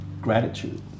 Gratitude